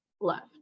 left